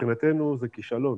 מבחינתנו זה כישלון,